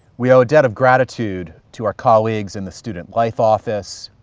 we owe a debt of gratitude to our colleagues in the student life office,